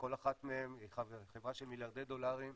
כל אחת מהן היא חברה של מיליארדי דולרים.